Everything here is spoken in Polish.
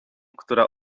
która